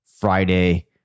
Friday